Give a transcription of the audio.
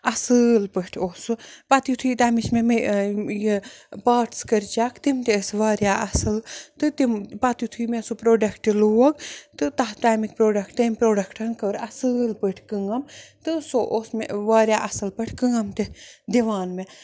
اَصٕل پٲٹھۍ اوس سُہ پَتہٕ یُِتھُے تَمِچ مےٚ مےٚ یہِ پاٹٕس کٔرۍ چیک تِم تہِ ٲسۍ واریاہ اَصٕل تہٕ تِم پَتہٕ یُِتھُے مےٚ سُہ پرٛوڈَکٹ لوگ تہٕ تَتھ تَمِکۍ پرٛوڈَکٹ تٔمۍ پرٛوڈَکٹَن کٔر اَصٕل پٲٹھۍ کٲم تہٕ سُہ اوس مےٚ واریاہ اَصٕل پٲٹھۍ کٲم تہِ دِوان مےٚ